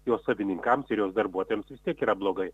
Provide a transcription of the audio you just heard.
jos savininkams ir darbuotojams vis tiek yra blogai